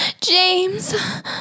James